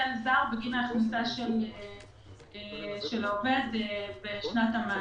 היטל זר בגין ההכנסה של העובד בשנת המס.